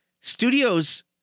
Studios